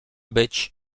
być